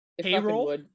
payroll